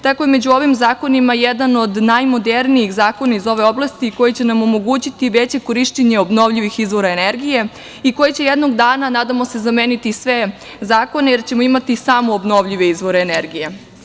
Tako je među ovim zakonima jedan od najmodernijih zakona iz ove oblasti koji će nam omogućiti veće korišćenje obnovljivih izvora energije i koji će jednog dana, nadamo se, zameniti sve zakone jer ćemo imati samo obnovljive izvore energije.